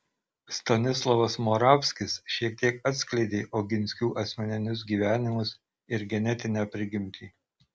stanislovas moravskis šiek tiek atskleidė oginskių asmeninius gyvenimus ir genetinę prigimtį